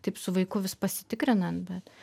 taip su vaiku vis pasitikrinant bet